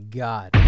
god